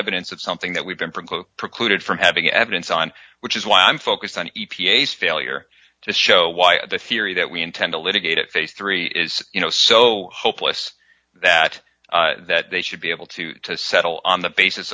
evidence that something that we've been from precluded from having evidence on which is why i'm focused on e p a s failure to show why the theory that we intend to litigate at face three is you know so hopeless that that they should be able to settle on the basis